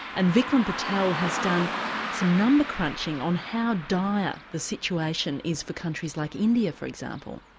and vikram patel has done some number-crunching on how dire the situation is for countries like india for example.